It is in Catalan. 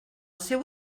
seu